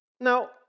Now